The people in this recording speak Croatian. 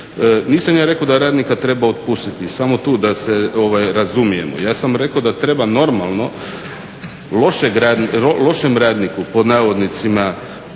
Nisam ja rekao da radnika treba otpustiti, samo tu da se razumijemo. Ja sam rekao da treba normalno lošem radniku pod navodnicima